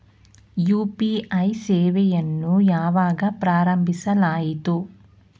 UPI ಸೇವೆಯನ್ನು ಯಾವಾಗ ಪ್ರಾರಂಭಿಸಲಾಯಿತು?